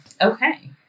Okay